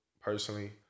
personally